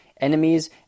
enemies